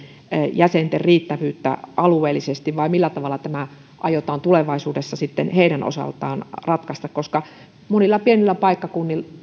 jäsenten riittävyyttä alueellisesti vai millä tavalla tämä aiotaan tulevaisuudessa sitten heidän osaltaan ratkaista monilla pienillä paikkakunnilla